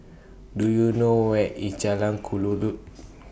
Do YOU know Where IS Jalan Kelulut